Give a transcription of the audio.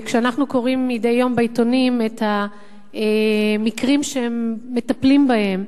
כשאנחנו קוראים מדי יום בעיתונים על המקרים שהם מטפלים בהם